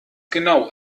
genau